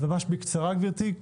בבקשה, גברתי.